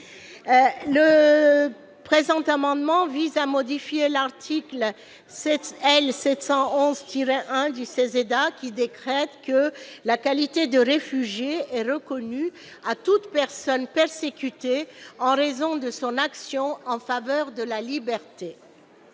Le présent amendement vise à modifier l'article L. 711-1 du CESEDA qui dispose que la qualité de réfugié est accordée à toute personne persécutée en raison de son action en faveur de la liberté,